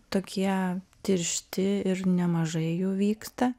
tokie tiršti ir nemažai jų vyksta